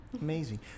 Amazing